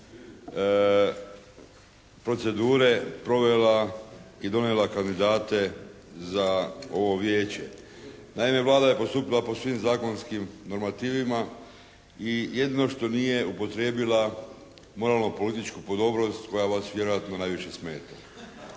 procedure provela i donijela kandidate za ovo Vijeće. Naime, Vlada je postupila po svim zakonskim normativima i jedino što nije upotrijebila moralno političku podobnost koja vas vjerojatno najviše smeta.